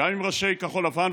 הביטחוני בעוטף,